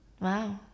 Wow